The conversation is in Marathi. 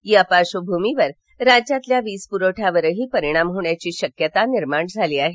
या पार्श्वभूमीवर राज्यातील वीजपुरवठ्यावरही परिणाम होण्याची शक्यता निर्माण झाली आहे